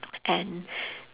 and